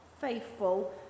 faithful